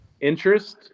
interest